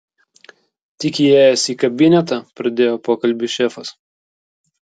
tik įėjęs į kabinetą pradėjo pokalbį šefas